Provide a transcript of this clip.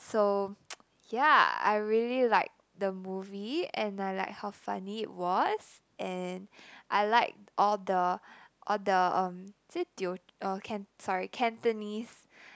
so yeah I really liked the movie and I like how funny it was and I liked all the all the um is it teo~ or can~ sorry Cantonese